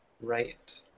right